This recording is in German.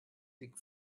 league